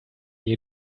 you